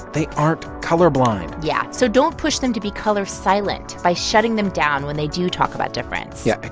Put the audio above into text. they aren't colorblind yeah, so don't push them to be color silent by shutting them down when they do talk about difference yeah.